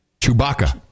Chewbacca